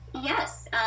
Yes